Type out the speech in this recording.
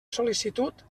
sol·licitud